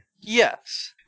Yes